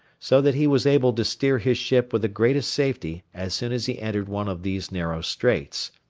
so that he was able to steer his ship with the greatest safety as soon as he entered one of these narrow straits.